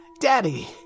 Daddy